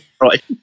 right